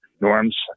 norms